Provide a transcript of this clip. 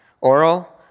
Oral